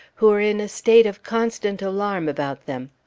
who are in a state of constant alarm about them.